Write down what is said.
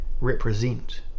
represent